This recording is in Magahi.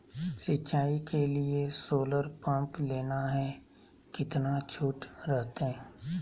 सिंचाई के लिए सोलर पंप लेना है कितना छुट रहतैय?